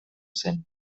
zen